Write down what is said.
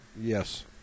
Yes